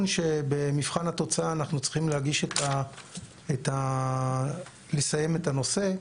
שבמבחן התוצאה אנחנו צריכים לסיים את הנושא,